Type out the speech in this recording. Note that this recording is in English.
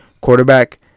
quarterback